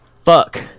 Fuck